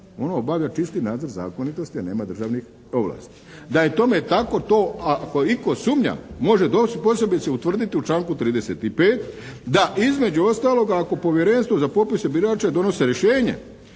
Ono obavlja čisti nadzor zakonitosti, a nema državnih ovlasti. Da je tome tako to ako itko sumnja može posebice utvrditi u članku 35. da između ostaloga ako povjerenstvo za popise birača donose rješenje